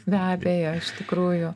be abejo iš tikrųjų